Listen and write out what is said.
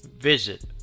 visit